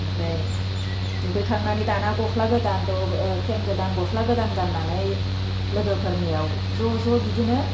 ओमफ्राय दुगै खांनानै दाना गस्ला गोदान फेन गोदान गस्ला गोदान गाननानै लोगोफोरनियाव ज'ज' बिदिनो